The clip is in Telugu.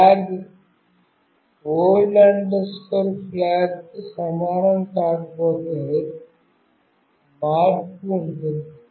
ఫ్లాగ్ old flag కు సమానం కాకపోతే మార్పు ఉంటుంది